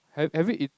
have have you eat